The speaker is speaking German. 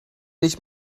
nicht